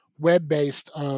web-based